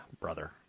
brother